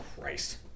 christ